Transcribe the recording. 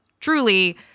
truly